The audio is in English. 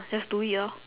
just do it lor